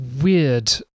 weird